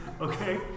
Okay